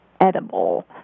edible